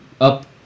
up